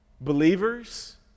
believers